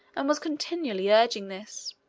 and was continually urging this.